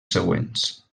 següents